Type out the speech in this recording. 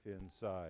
inside